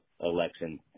election